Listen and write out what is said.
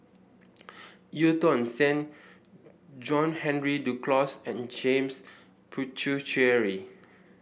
Eu Tong Sen John Henry Duclos and James Puthucheary